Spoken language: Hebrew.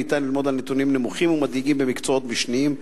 ניתן ללמוד על נתונים נמוכים ומדאיגים במקצועות משניים.